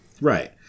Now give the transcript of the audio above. Right